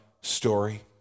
story